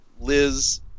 Liz –